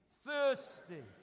Thirsty